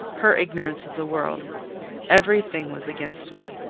her ignorance of the world every thing was against me.